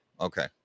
Okay